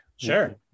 Sure